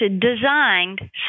designed